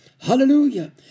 Hallelujah